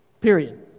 Period